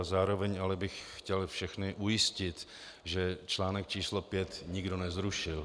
Zároveň ale bych chtěl všechny ujistit, že článek číslo 5 nikdo nezrušil...